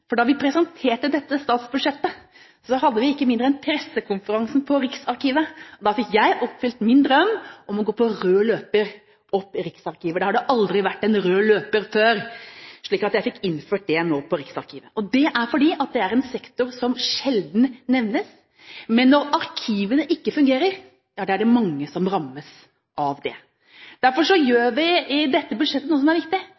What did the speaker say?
Da vi presenterte dette statsbudsjettet, hadde vi pressekonferansen på Riksarkivet. Jeg fikk oppfylt min drøm om å gå på rød løper opp til Riksarkivet. Der har det aldri vært en rød løper før, så jeg fikk innført det nå på Riksarkivet. Dette er en sektor som sjelden nevnes. Men når arkivene ikke fungerer, er det mange som rammes av det. Derfor gjør vi i dette budsjettet noe som er viktig,